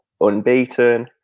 unbeaten